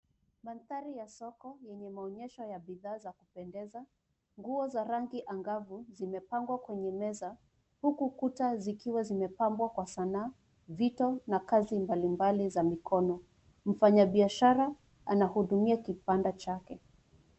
Mandhari ya soko yenye maonyesho ya bidhaa za kupendeza. Nguo za rangi angavu zimepangwa kwenye meza huku kuta zikiwa zimepambwa kwa sanaa, vito na kazi mbalimbali za mikono. Mfanyabiashara anahudumia kibanda chake.